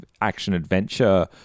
action-adventure